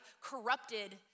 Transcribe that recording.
corrupted